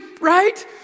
right